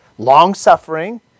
Long-suffering